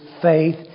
faith